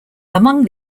among